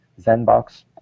ZenBox